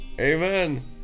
Amen